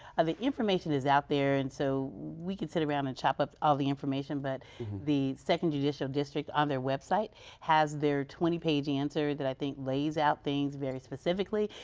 ah the information is out there. and so we can sit around and chop up all the information, but the second judicial district on their website has their twenty page answer that i think lays out things very specifically,